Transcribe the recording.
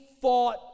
fought